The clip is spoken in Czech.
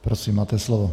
Prosím, máte slovo.